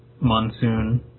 Monsoon